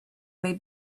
may